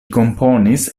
komponis